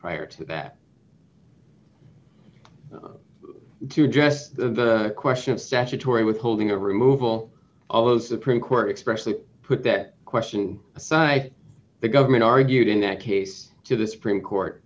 prior to that to address the question of statutory withholding of removal although supreme court expressly put that question aside the government argued in that case to the supreme court